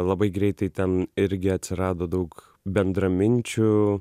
labai greitai ten irgi atsirado daug bendraminčių